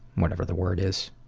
whatever the word is,